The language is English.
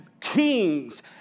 kings